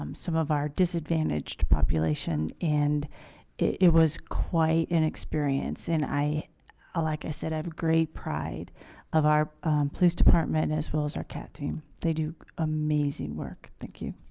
um some of our disadvantaged population and it was quite an experience and i ah like i said i have a great pride of our police department as well. as our cat team. they do amazing work. thank you